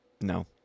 no